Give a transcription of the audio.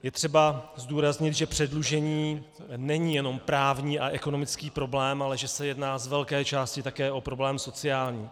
Je třeba zdůraznit, že předlužení není jenom právní a ekonomický problém, ale že se jedná z velké části také o problém sociální.